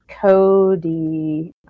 Cody